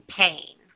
pain